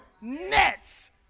nets